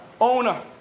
owner